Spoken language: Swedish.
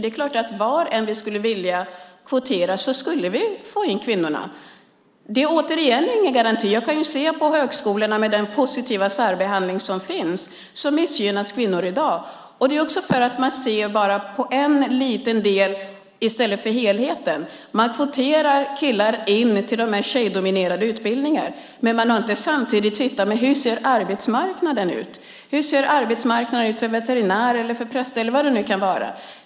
Det är klart att var vi än kvoterar skulle vi få in kvinnorna. Men det är återigen ingen garanti för jämställdhet. Vi kan ju se på högskolorna, där det finns positiv särbehandling. Där missgynnas kvinnor i dag. Det är också för att man ser på bara en liten del i stället för på helheten. Man kvoterar in killar på tjejdominerade utbildningar, men man har inte samtidigt tittat på hur arbetsmarknaden ser ut för veterinärer, präster eller vad det nu kan vara.